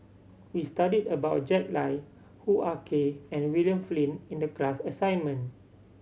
we studied about Jack Lai Hoo Ah Kay and William Flint in the class assignment